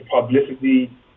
publicity